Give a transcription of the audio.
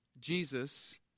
Jesus